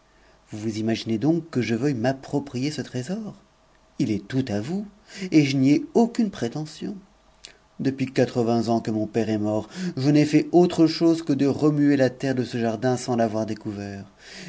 vous vous imaginez que je veuille m'approprier ce trésor il est tout à vous et je n'y ai aucune prétention depuis quatre-vingts ans que mon père est uto je n'ai fait autre chose que de remuer la terre de ce jardin sans redécouvert